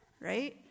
right